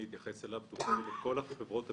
התייחס אליו תופנה לכל חברות הביטוח,